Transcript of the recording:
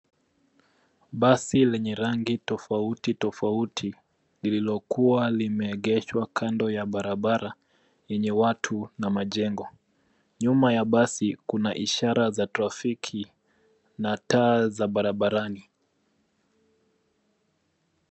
Basi lenye rangi tofauti tofauti lililokuwa limeegeshwa kando ya barabara yenye watu na majengo. Nyuma ya basi kuna ishara za trafiki na taa za barabarani.